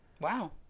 wow